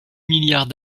milliards